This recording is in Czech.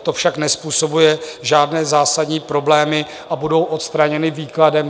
To však nezpůsobuje žádné zásadní problémy a budou odstraněny výkladem.